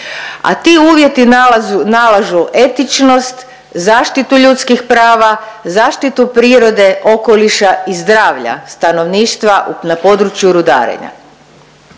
a ti uvjeti nalažu etičnost, zaštitu ljudskih prava, zaštitu prirode, okoliša i zdravlja stanovništva na području rudarenja.